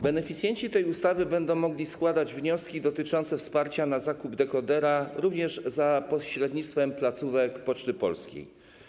Beneficjenci tej ustawy będą mogli składać wnioski dotyczące wsparcia na zakup dekodera również za pośrednictwem placówek Poczty Polskiej.